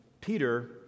peter